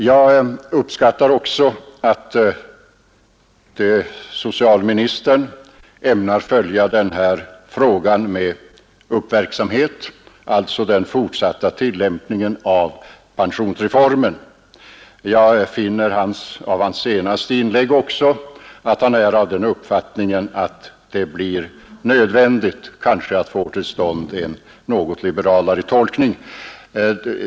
Jag uppskattar även att socialministern med uppmärksamhet ämnar följa den fortsatta tillämpningen av pensionsreformen. Jag finner av hans senaste inlägg att också han har den uppfattningen att det kanske blir nödvändigt att få till stånd en något liberalare tolkning.